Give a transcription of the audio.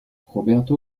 roberto